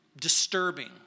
disturbing